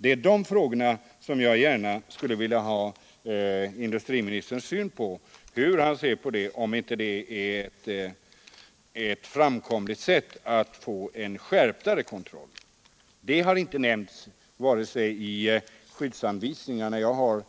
Det är sådana åtgärder jag skulle vilja ha industriministerns syn på. Vore inte det en framkomlig väg för att få en skärpning av kontrollen? Sådana åtgärder har inte nämnts i skyddsanvisningarna — de har